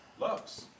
Lux